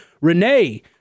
Renee